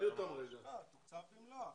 לא, תוקצב במלואו.